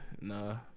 Nah